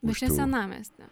bet čia senamiesty